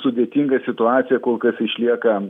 sudėtinga situacija kol kas išlieka